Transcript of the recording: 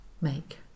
make